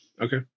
Okay